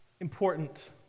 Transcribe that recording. important